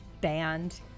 band